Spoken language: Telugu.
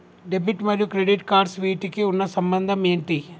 డెబిట్ మరియు క్రెడిట్ కార్డ్స్ వీటికి ఉన్న సంబంధం ఏంటి?